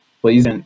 Please